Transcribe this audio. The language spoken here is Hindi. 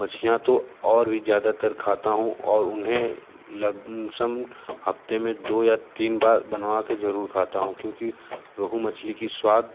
मछलियाँ तो और भी ज़्यादातर खाता हूँ और उन्हें लमसम हफ़्ते में दो या तीन बार बनवा के ज़रूर खाता हूँ क्योंकि रोहू मछली की स्वाद